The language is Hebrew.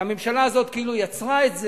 שהממשלה הזאת כאילו יצרה את זה.